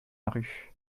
rue